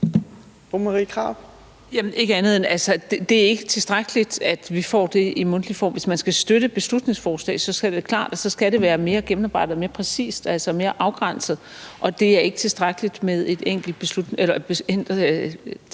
Det er ikke tilstrækkeligt, at vi får det i mundtlig form. Hvis man skal støtte et beslutningsforslag, er det klart, at så skal det være mere gennemarbejdet og mere præcist, altså mere afgrænset. Og det er ikke tilstrækkeligt med et enkelt